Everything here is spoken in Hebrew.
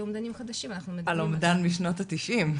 האומדן משנות ה-90.